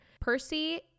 percy